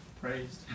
praised